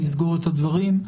נסגור את הדברים.